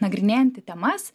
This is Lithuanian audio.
nagrinėjanti temas